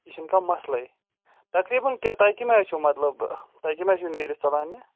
یہِ چھُنہٕ کانٛہہ مسلَے تقریباً کہِ تۄہہِ کَمہِ آیہِ چھُو مطلب تۄہہِ کَمہِ آیہِ چھُو نیٖرِتھ ژَلان یہِ